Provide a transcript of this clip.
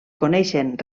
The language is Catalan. coneixen